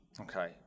Okay